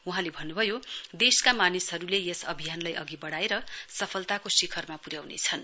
वहाँले भन्नुभयो देशका मानिसहरुले यस अभियानलाई अघि वढ़ाएर सफलताको शिखरमा पुर्याउनेछन्